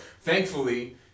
Thankfully